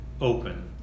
open